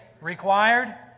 required